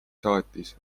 saatis